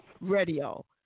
Radio